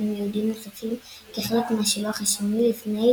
עם יהודים נוספים כחלק מהשילוח השני לפני